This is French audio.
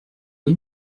oui